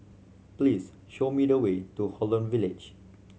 please show me the way to Holland Village